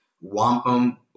wampum